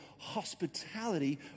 hospitality